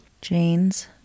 Jane's